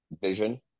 vision